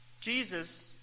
Jesus